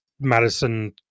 madison